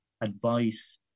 advice